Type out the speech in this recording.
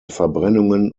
verbrennungen